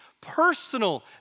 personal